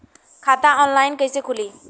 खाता ऑनलाइन कइसे खुली?